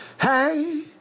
Hey